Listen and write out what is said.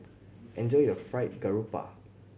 enjoy your Fried Garoupa